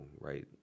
right